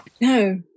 No